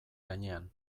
gainean